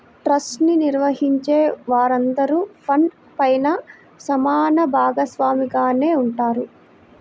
trust ని నిర్వహించే వారందరూ ఫండ్ పైన సమాన భాగస్వామిగానే ఉంటారు